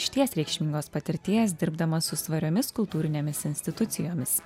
išties reikšmingos patirties dirbdamas su svariomis kultūrinėmis institucijomis